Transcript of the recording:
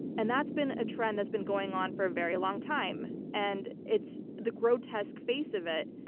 and that's been a trend that's been going on for a very long time. and it's the grotesque face of it.